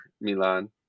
Milan